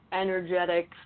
energetic